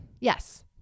yes